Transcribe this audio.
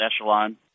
echelon